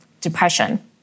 depression